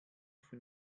von